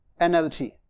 NLT